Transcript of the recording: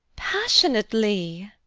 passionately!